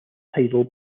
tidal